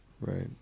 Right